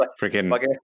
Freaking